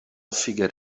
figured